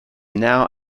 now